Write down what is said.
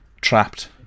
trapped